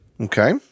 Okay